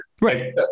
right